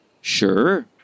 Sure